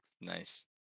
nice